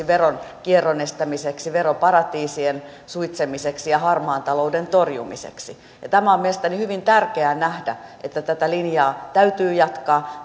veronkierron estämiseksi veroparatiisien suitsimiseksi ja harmaan talouden torjumiseksi on mielestäni hyvin tärkeää nähdä että tätä linjaa täytyy jatkaa